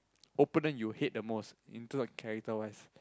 opponent you hate the most in terms of character wise